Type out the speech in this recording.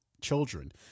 children